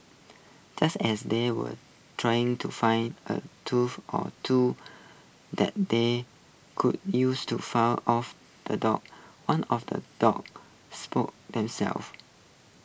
just as they were trying to find A tools or two that they could use to fend off the dogs one of the dogs spotted themself